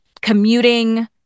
commuting